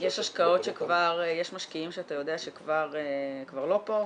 -- יש משקיעים שאתה יודע שכבר לא פה,